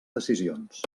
decisions